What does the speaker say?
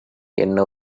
என்ன